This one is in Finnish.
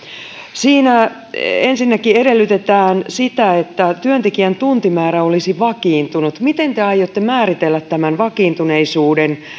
siinä ensinnäkin edellytetään sitä että työntekijän tuntimäärä olisi vakiintunut miten te aiotte määritellä tämän vakiintuneisuuden